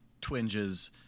twinges